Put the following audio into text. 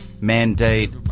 Mandate